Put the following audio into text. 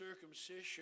circumcision